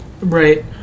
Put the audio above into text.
right